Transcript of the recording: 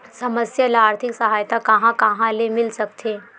समस्या ल आर्थिक सहायता कहां कहा ले मिल सकथे?